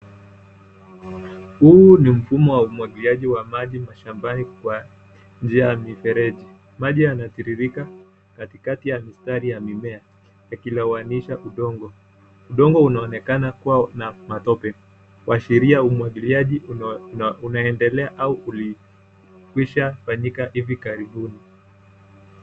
Huu ni mfumo wa umwagiliaji wa mashamba kwa njia ya mifereji. Maji yanatiririka katikati ya mistari ya mimea yakilowanisha udongo. Udongo u aonekane kuwa na matoke kuashiria umwagiliaji unaendelea au ulikwisha fanyika hivi karibuni